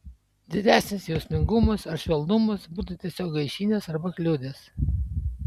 didesnis jausmingumas ar švelnumas būtų tiesiog gaišinęs arba kliudęs